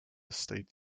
state